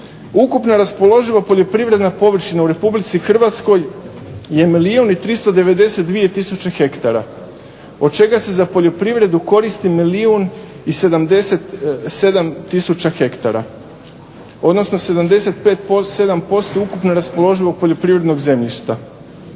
ukupno raspoloživa poljoprivredna površina u Republici Hrvatskoj je milijun i 392 tisuće hektara od čega se za poljoprivredu koristi milijun i 77 tisuća hektara, odnosno 77% ukupno raspoloživog poljoprivrednog zemljišta.